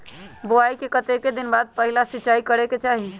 बोआई के कतेक दिन बाद पहिला सिंचाई करे के चाही?